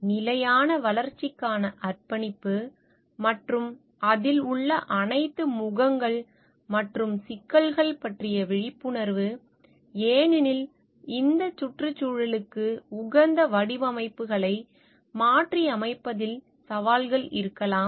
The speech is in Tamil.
நிலையான வளர்ச்சிக்கான அர்ப்பணிப்பு மற்றும் அதில் உள்ள அனைத்து முகங்கள் மற்றும் சிக்கல்கள் பற்றிய விழிப்புணர்வு ஏனெனில் இந்த சுற்றுச்சூழலுக்கு உகந்த வடிவமைப்புகளை மாற்றியமைப்பதில் சவால்கள் இருக்கலாம்